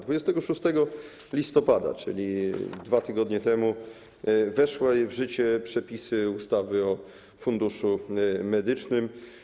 26 listopada, czyli 2 tygodnie temu, weszły w życie przepisy ustawy o Funduszu Medycznym.